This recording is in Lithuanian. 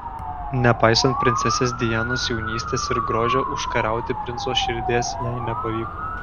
nepaisant princesės dianos jaunystės ir grožio užkariauti princo širdies jai nepavyko